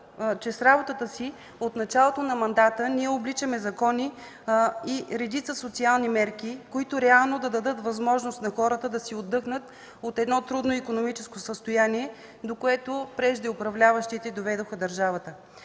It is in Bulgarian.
че с работата си от началото на мандата ние обличаме в закони редица социални мерки, които реално да дадат възможност на хората да си отдъхнат от едно трудно икономическо състояние, до което преждеуправляващите доведоха държавата